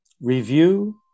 review